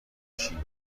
شیون